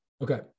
Okay